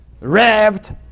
wrapped